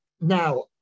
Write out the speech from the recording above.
Now